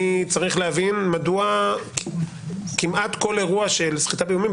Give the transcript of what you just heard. אני צריך להבין מדוע כמעט כל אירוע של סחיטה באיומים,